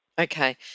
Okay